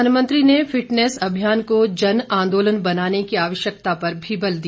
प्रधानमंत्री ने फिटनेस अभियान को जन आंदोलन बनाने की आवश्यकता पर भी बल दिया